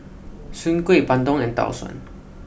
Soon Kuih Bandung and Tau Suan